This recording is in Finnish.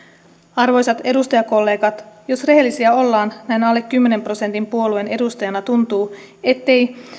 arvoisat edustajakollegat jos rehellisiä ollaan näin alle kymmenen prosentin puolueen edustajana tuntuu ettei